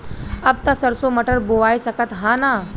अब त सरसो मटर बोआय सकत ह न?